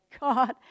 God